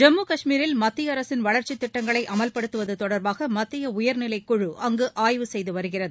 ஜம்மு காஷ்மீரில் மத்திய அரசின் வளர்ச்சி திட்டங்களை அமல்படுத்துவது தொடர்பாக மத்திய உயர்நிலை குழு அங்கு ஆய்வு செய்து வருகிறது